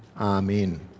Amen